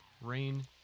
Rain